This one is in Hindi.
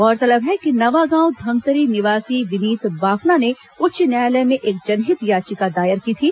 गौरतलब है कि नवागांव धमतरी निवासी विनीत बाफना ने उच्च न्यायालय में एक जनहित याचिका दायर की थी